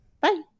Bye